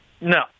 No